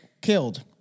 killed